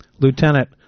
Lieutenant